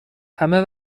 همه